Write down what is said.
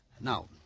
Now